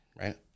right